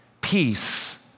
peace